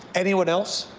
anyone else,